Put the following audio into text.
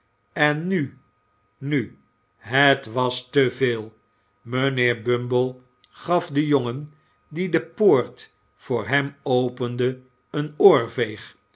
en nu nu het was te veel mijnheer bumble gaf den jongen die de poort voor hem opende een